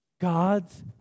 God's